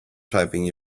typing